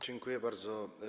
Dziękuję bardzo.